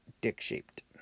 dick-shaped